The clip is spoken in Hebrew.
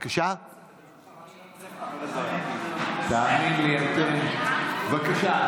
רק שאלה נוספת, תאמין לי, אתם, בבקשה.